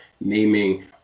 naming